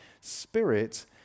Spirit